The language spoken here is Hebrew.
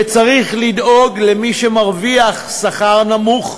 וצריך לדאוג למי שמרוויח שכר נמוך,